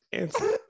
answer